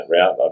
route